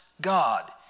God